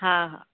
हा